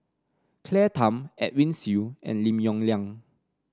Claire Tham Edwin Siew and Lim Yong Liang